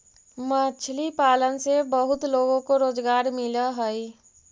मछली पालन से बहुत लोगों को रोजगार मिलअ हई